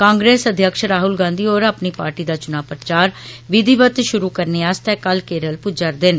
कांग्रेस अध्यक्ष राहुल गांधी होर अपनी पॉर्टी दा चुनां प्रचार विधिवत षुरु करने आस्तै कल केरल पुज्जै रदे न